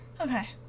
Okay